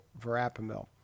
verapamil